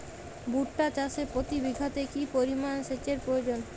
ভুট্টা চাষে প্রতি বিঘাতে কি পরিমান সেচের প্রয়োজন?